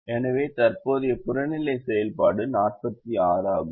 எனவே தற்போதைய புறநிலை செயல்பாடு 46 ஆகும்